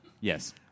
Yes